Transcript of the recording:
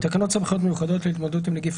תקנות סמכויות מיוחדות להתמודדות עם נגיף